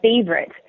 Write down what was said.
favorite